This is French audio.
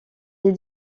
les